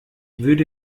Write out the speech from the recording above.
würde